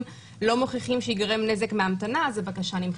לא מוכיחים שייגרם נזק מהמתנה אז הבקשה נמחקת.